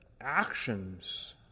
actions